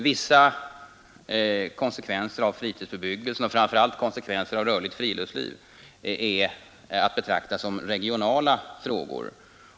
Vissa konsekvenser av fritidsbebyggelse och framför allt konsekvenser av rörligt friluftsliv är att betrakta som regionala frågor.